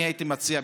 אני הייתי מציע,